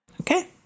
Okay